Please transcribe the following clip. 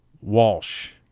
Walsh